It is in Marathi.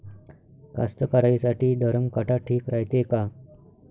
कास्तकाराइसाठी धरम काटा ठीक रायते का?